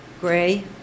Gray